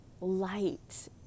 light